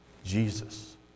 Jesus